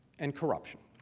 and corruption.